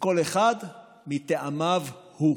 כל אחד מטעמיו הוא,